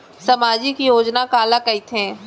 सामाजिक योजना काला कहिथे?